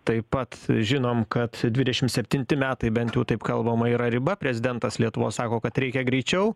taip pat žinom kad dvidešimt septinti metai bent jau taip kalbama yra riba prezidentas lietuvos sako kad reikia greičiau